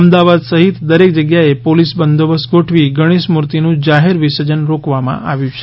અમદાવાદ સહિત દરેક જગ્યા એ પોલિસ બંદોબસ્ત ગોઠવી ગણેશ મુર્તિ નું જાહેર વિસર્જન રોકવામાં આવ્યું છે